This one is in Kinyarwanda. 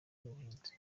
n’ubuhinzi